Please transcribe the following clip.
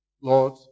Lord